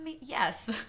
yes